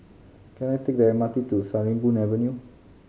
can I take the M R T to Sarimbun Avenue